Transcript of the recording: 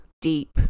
deep